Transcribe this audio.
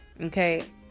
Okay